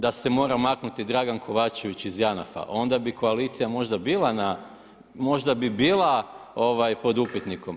Da se mora maknuti Dragan Kovačević iz Janafa, onda bi koalicija možda bila na, možda bi bila pod upitnikom.